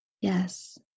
Yes